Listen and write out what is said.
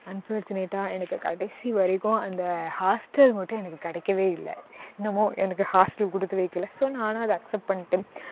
அன்ஃபார்ச்சுனேட்டாக எனக்கு கடைசி வரைக்கும் அந்த ஹாஸ்ட்டல் மட்டும் எனக்கு கிடைக்கவே இல்லை என்னமோ எனக்கு ஹாஸ்ட்டல் கொடுத்து வைக்கலை ஸோ நானும் அது அக்ஸ்ப்ட் பண்ணிட்டேன்